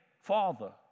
Father